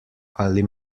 ali